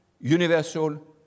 universal